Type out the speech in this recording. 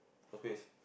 what face